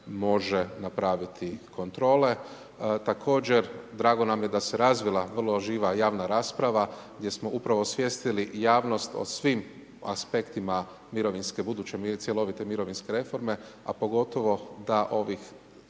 može napraviti kontrole. Također, drago nam je da se razvila vrlo živa javna rasprava, gdje smo upravo osvijestili javnost o svim aspektima buduće cjelovite mirovinske reforme, a pogotovo da ovih